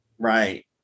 Right